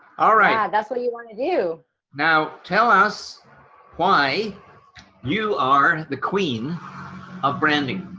all right, yeah that's what you want to do now, tell us why you are the queen of branding